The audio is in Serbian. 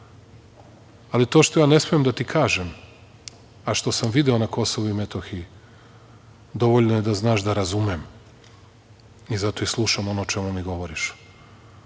ali to što ja ne smem da ti kažem, a što sam video na Kosovu i Metohiji dovoljno je da znaš da razumem i zato i slušam ono o čemu mi govoriš. Dakle,